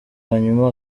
hanyuma